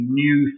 new